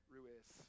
Ruiz